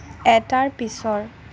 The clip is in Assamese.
এটাৰ পিছৰ